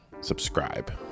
subscribe